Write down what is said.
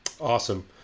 Awesome